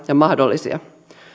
ja mahdollisia